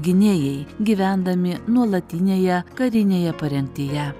gynėjai gyvendami nuolatinėje karinėje parengtyje